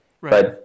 right